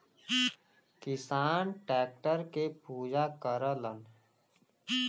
किसान टैक्टर के पूजा करलन